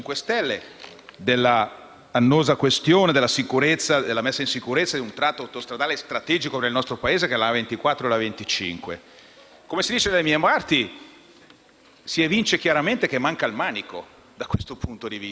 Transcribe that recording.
della messa in sicurezza di un tratto autostradale strategico nel nostro Paese che è l'A24 e l'A25. Come si dice dalle mie parti, si evince chiaramente che manca il manico, da questo punto di vista.